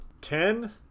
Ten